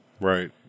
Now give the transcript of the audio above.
Right